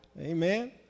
Amen